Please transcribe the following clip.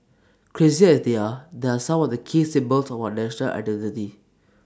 crazy as they are these are some of the key symbols of our national identity